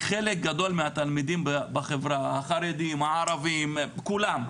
חלק גדול מהתלמידים בחברה החרדים, הערבים, כולם,